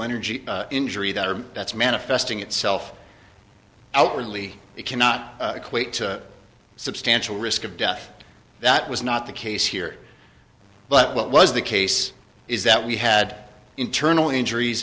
energy injury that that's manifesting itself outwardly it cannot equate to substantial risk of death that was not the case here but what was the case is that we had internal injuries